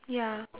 ya